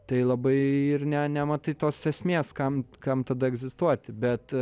tai labai ir ne nematai tos esmės kam kam tada egzistuoti bet